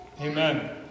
Amen